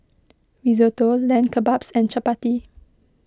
Risotto Lamb Kebabs and Chapati